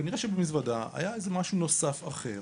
כנראה שבמזוודה היה איזשהו משהו נוסף אחר